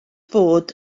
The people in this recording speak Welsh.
fod